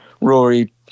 Rory